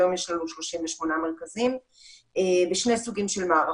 היום יש לנו 38 מרכזים בשני סוגים של מערכות,